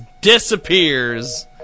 disappears